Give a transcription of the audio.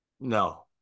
No